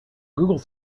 google